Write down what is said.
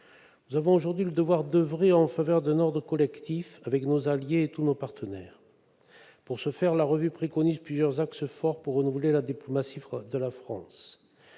Nous avons aujourd'hui le devoir d'oeuvrer en faveur d'un ordre collectif, avec nos alliés et tous nos partenaires. Pour ce faire, la revue préconise plusieurs axes forts pour renouveler la diplomatie de la France